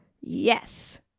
Yes